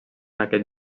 aquest